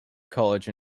college